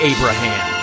Abraham